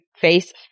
face